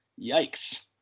Yikes